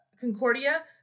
Concordia